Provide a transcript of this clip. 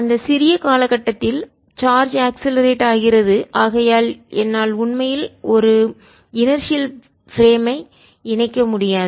அந்த சிறிய காலகட்டத்தில்சார்ஜ் அக்ஸ்லரேட்டட் ஆகிறது ஆகையால் என்னால் உண்மையில் ஒரு இணர்சியல் பிரேம் ஐ செயலற்ற சட்டத்தை இணைக்க முடியாது